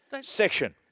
section